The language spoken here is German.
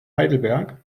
heidelberg